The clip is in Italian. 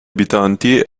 abitanti